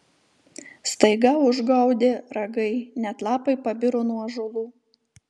staiga užgaudė ragai net lapai pabiro nuo ąžuolų